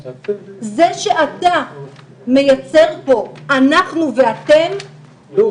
זה שאתה מייצר פה "אנחנו ואתם" לא,